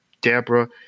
Deborah